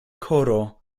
koro